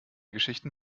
geschichten